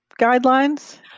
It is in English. guidelines